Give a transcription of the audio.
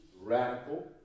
radical